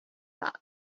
that